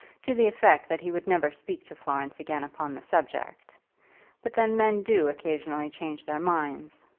to the effect that he would never speak to florence again upon the subject but then men do occasionally change their minds,